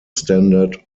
standard